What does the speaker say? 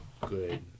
good